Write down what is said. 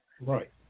Right